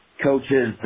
coaches